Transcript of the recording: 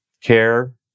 care